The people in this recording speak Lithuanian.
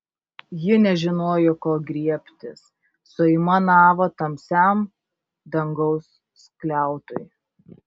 ji nežinojo ko griebtis suaimanavo tamsiam dangaus skliautui